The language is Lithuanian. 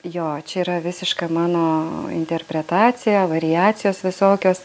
jo čia yra visiška mano interpretacija variacijos visokios